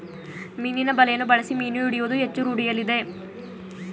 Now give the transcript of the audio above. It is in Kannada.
ಮೀನಿನ ಬಲೆಯನ್ನು ಬಳಸಿ ಮೀನು ಹಿಡಿಯುವುದು ಹೆಚ್ಚು ರೂಢಿಯಲ್ಲಿದೆ